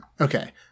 Okay